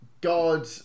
God